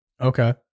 okay